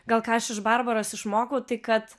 gal ką aš iš barbaros išmokau tai kad